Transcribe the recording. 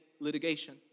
litigation